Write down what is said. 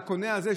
לקונה הזה,